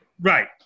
right